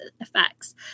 effects